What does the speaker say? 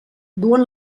duen